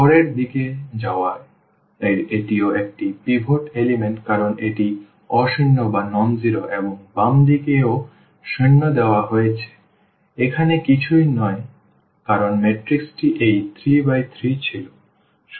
পরের দিকে যাওয়া এটিও একটি পিভট উপাদান কারণ এটি অ শূন্য এবং বাম দিক এও শূন্যে দেওয়া হয়েছে এবং এখানে কিছুই নেই কারণ ম্যাট্রিক্সটি এই 33 ছিল